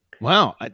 Wow